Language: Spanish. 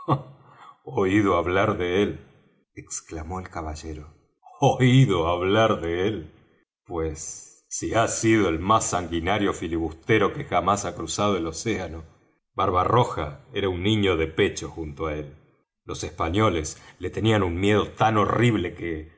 oído hablar de él exclamó el caballero oído hablar de él pues si ha sido el más sanguinario filibustero que jamás ha cruzado el océano barba roja era un niño de pecho junto á él los españoles le tenían un miedo tan horrible que